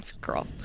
Girl